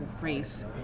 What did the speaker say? race